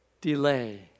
delay